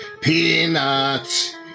Peanuts